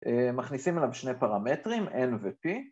‫מכניסים אליו שני פרמטרים, L ו-P.